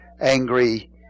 angry